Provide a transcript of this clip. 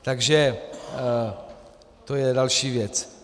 Takže to je další věc.